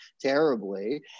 terribly